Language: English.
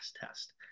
test